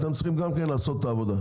אתם צריכים גם כן לעשות את העבודה.